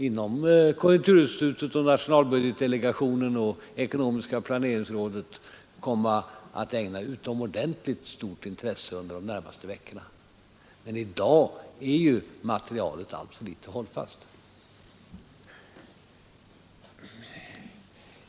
Inom konjunkturinstitutet, nationalbudgetdelegationen och ekonomiska planeringsrådet kommer man att ägna den frågan utomordentligt stort intresse under de närmaste veckorna. Men i dag är materialet alltför litet hållfast.